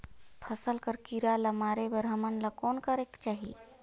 फसल कर कीरा ला मारे बर हमन ला कौन करेके चाही?